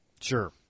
Sure